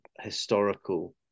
historical